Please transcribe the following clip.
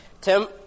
Tim